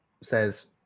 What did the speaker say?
says